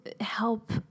help